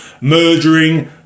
murdering